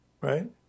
right